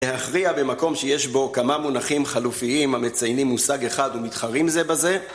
להכריע במקום שיש בו כמה מונחים חלופיים המציינים מושג אחד ומתחרים זה בזה